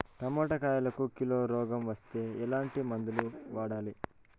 Tomato కాయలకు కిలో రోగం వస్తే ఎట్లాంటి మందులు వాడాలి?